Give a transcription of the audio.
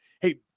hey